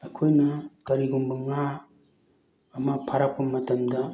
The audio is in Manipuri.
ꯑꯩꯈꯣꯏꯅ ꯀꯔꯤꯒꯨꯝꯕ ꯉꯥ ꯑꯃ ꯐꯥꯔꯛꯄ ꯃꯇꯝꯗ